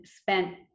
spent